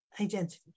identity